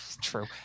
true